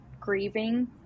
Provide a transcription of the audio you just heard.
grieving